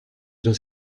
dans